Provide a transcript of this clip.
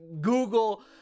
Google